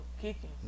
kicking